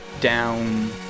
down